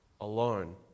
alone